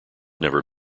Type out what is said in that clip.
never